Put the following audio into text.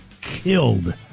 killed